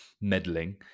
meddling